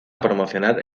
promocionar